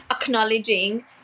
acknowledging